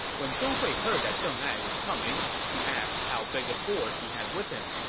when zhong hui heard that deng ai was coming, he asked how big a force he had with him.